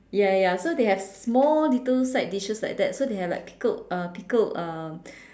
ya ya ya so they have small little side dishes like that so they have like pickled uh pickled um